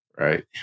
Right